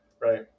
right